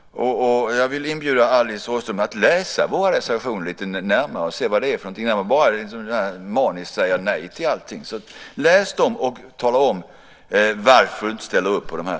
Jag vill inbjuda Alice Åström att läsa vår reservation lite noggrannare och se vad den innehåller och inte bara maniskt säga nej till allting. Läs vår reservation och tala om varför du inte ställer upp på den!